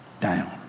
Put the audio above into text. down